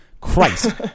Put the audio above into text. christ